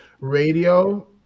radio